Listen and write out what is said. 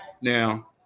Now